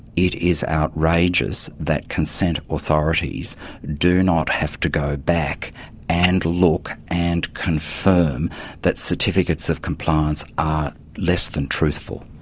it is outrageous that consent authorities do not have to go back and look and confirm that certificates of compliance are less than truthful.